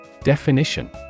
Definition